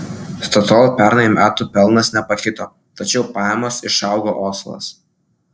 statoil pernai metų pelnas nepakito tačiau pajamos išaugo oslas